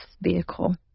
vehicle